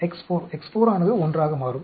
X4 X4 ஆனது 1 ஆக மாறும்